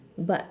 but